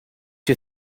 you